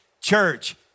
Church